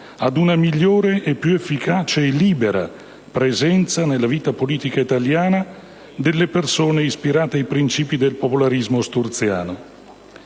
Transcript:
ad una migliore e più efficace e libera presenza nella vita politica italiana delle persone ispirate ai principi del popolarismo sturziano.